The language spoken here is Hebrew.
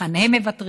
היכן הם מוותרים,